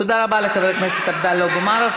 תודה רבה לחבר הכנסת עבדאללה אבו מערוף.